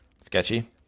Sketchy